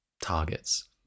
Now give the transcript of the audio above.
targets